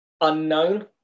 unknown